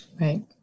Right